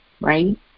right